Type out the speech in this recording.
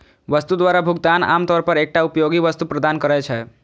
वस्तु द्वारा भुगतान आम तौर पर एकटा उपयोगी वस्तु प्रदान करै छै